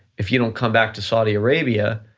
if you don't come back to saudi arabia